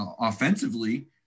offensively